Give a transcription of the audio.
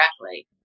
correctly